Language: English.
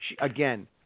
Again